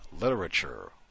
literature